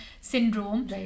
syndrome